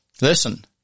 Listen